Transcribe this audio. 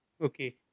Okay